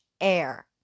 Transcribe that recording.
air